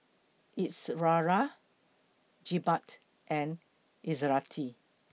Izara Jebat and Izzati